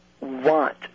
want